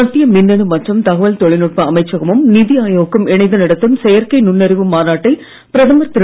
மத்திய மின்னணு மற்றும் தகவல் தொழில்நுட்ப அமைச்சகமும் நிதி ஆயோக்கும் இணைந்து நடத்தும் செயற்கை நுண்ணறிவு மாநாட்டை பிரதமர் திரு